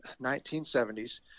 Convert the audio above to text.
1970s